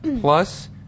plus